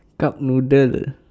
cup noodle